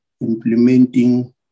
implementing